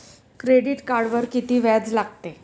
Credit कार्डवर किती व्याज लागते?